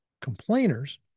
complainers